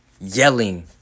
yelling